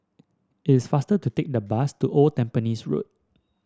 it is faster to take the bus to Old Tampines Road